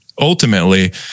ultimately